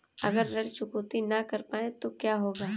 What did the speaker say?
अगर ऋण चुकौती न कर पाए तो क्या होगा?